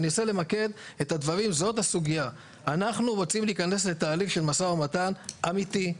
אנחנו רוצים להיכנס לתהליך של משא-ומתן אמיתי,